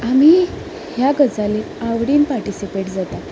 आमी ह्या गजालींत आवडीन पार्टिसिपेट जाता